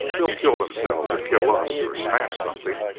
they'll kill themselves, or kill us or smash something!